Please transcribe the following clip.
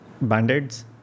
band-aids